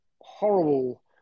horrible